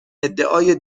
ادعای